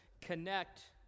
connect